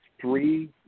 three